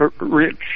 rich